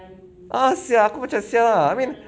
ah sia aku macam !siala! I mean